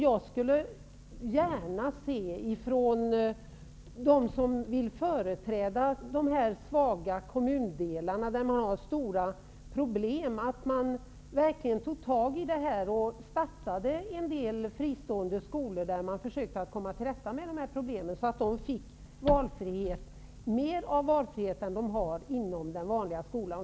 Jag skulle gärna se att de som vill företräda de svaga kommundelar som har stora problem verkligen tog tag i det här och att man för att komma till rätta med problemen startade en del fristående skolor med större valfrihet än vad som finns inom den vanliga skolan.